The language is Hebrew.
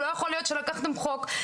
לא יכול להיות שלקחתם חוק,